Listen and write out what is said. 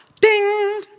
Ding